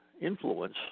influence